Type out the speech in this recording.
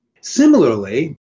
Similarly